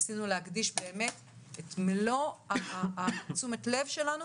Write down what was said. ניסינו להקדיש את מלוא תשומת הלב שלנו